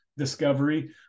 Discovery